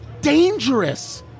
dangerous